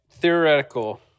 Theoretical